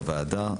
בוועדה.